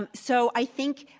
and so i think